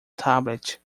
tablet